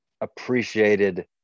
appreciated